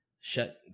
shut